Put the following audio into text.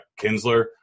Kinsler